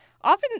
Often